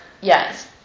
yes